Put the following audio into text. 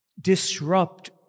disrupt